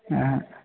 हँ